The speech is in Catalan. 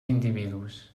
individus